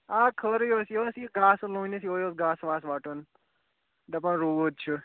آ خٲرٕے اوس یہِ اوس یہِ گاسہٕ لوٗنِتھ یِہوٚے اوس گاسہٕ واسہٕ وَٹُن دَپان روٗد چھُ